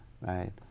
right